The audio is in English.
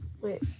Wait